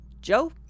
Joe